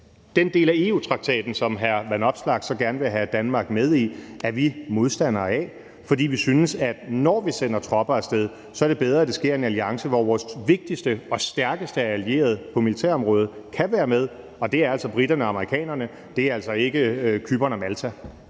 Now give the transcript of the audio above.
den del af EU-traktaten, som hr. Alex Vanopslagh så gerne vil have Danmark med i, er vi modstandere af, fordi vi synes, at når vi sender tropper af sted, er det bedre, at det sker i en alliance, hvor vores vigtigste og stærkeste allierede på militærområdet kan være med, og det er altså briterne og amerikanerne. Det er ikke Cypern og Malta.